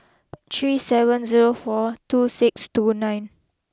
three seven zero four two six two nine